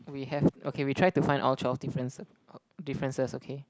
we have okay we try to find all twelve difference differences okay